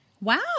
Wow